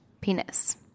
penis